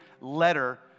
letter